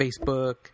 Facebook